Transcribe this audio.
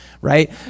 right